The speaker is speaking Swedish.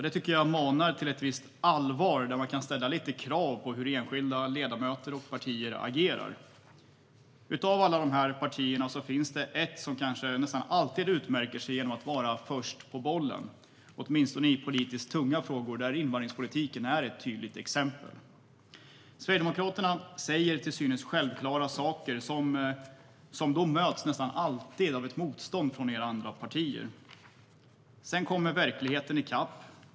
Det tycker jag manar till ett visst allvar där man kan ställa krav på hur enskilda ledamöter och partier agerar. Av dessa partier finns det ett som nästan alltid utmärker sig genom att vara först på bollen, åtminstone i politiskt tunga frågor där invandringspolitiken är ett tydligt exempel. Sverigedemokraterna säger till synes självklara saker som nästan alltid bemöts med ett motstånd från andra partier. Sedan kommer verkligheten i kapp.